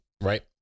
Right